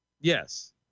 Yes